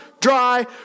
Dry